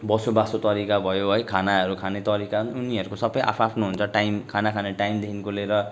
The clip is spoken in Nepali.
बसोबासो तरिका भयो है खानाहरू खाने तरिका उनीहरूको सबै आफ् आफ्नो हुन्छ टाइम खाना खाने टाइमदेखिको लिएर